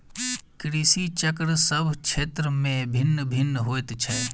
कृषि चक्र सभ क्षेत्र मे भिन्न भिन्न होइत छै